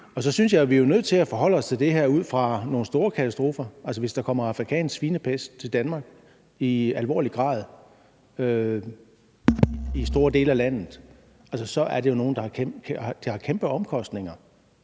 Og så synes jeg, at vi jo er nødt til at forholde os til det her ud fra nogle store katastrofer. Altså, hvis der kommer afrikansk svinepest til Danmark i alvorlig grad i store dele af landet, er det er jo noget, der har kæmpe omkostninger.